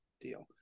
deal